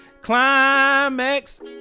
climax